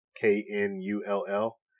K-N-U-L-L